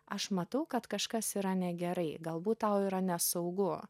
aš matau kad kažkas yra negerai galbūt tau yra nesaugu